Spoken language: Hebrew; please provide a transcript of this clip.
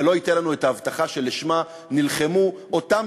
ולא ייתן לנו את ההבטחה שלשמה נלחמו אותם